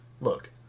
Look